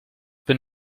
bin